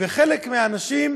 וחלק מהילדים,